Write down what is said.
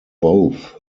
both